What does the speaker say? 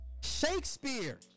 Shakespeare